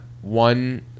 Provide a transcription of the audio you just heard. one